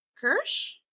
Kirsch